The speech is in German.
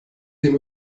dem